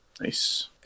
Nice